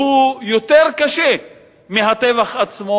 והוא יותר קשה מהטבח עצמו